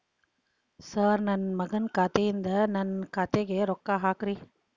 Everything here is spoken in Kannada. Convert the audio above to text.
ಸರ್ ನನ್ನ ಮಗನ ಖಾತೆ ಯಿಂದ ನನ್ನ ಖಾತೆಗ ರೊಕ್ಕಾ ಹಾಕ್ರಿ